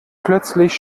plötzlich